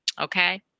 Okay